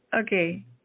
Okay